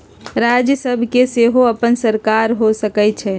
राज्य सभ के सेहो अप्पन सरकार हो सकइ छइ